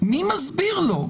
מי מסביר לו?